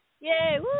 Yay